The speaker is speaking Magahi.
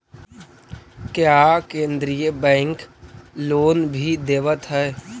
क्या केन्द्रीय बैंक लोन भी देवत हैं